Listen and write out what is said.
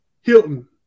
Hilton